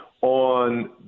on